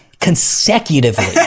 consecutively